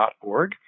org